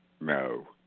no